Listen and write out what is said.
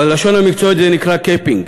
בלשון המקצועית זה נקרא capping.